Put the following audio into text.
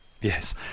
Yes